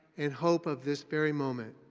and hope of this very moment.